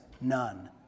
none